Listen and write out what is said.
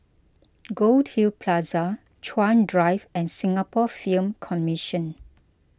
Goldhill Plaza Chuan Drive and Singapore Film Commission